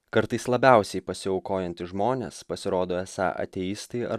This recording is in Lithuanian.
kartais labiausiai pasiaukojantys žmonės pasirodo esą ateistai ar